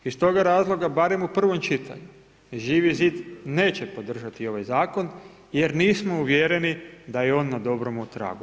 I iz toga razloga, barem u prvom čitanju Živi zid neće podržati ovaj zakon, jer nismo uvjereni da je on na dobrome tragu.